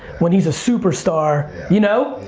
when he's a superstar, you know?